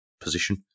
position